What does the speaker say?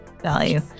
value